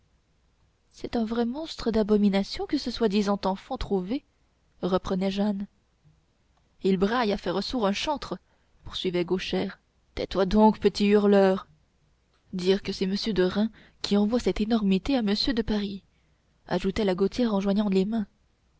c'est un vrai monstre d'abomination que ce soi-disant enfant trouvé reprenait jehanne il braille à faire sourd un chantre poursuivait gauchère tais-toi donc petit hurleur dire que c'est m de reims qui envoie cette énormité à m de paris ajoutait la gaultière en joignant les mains